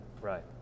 Right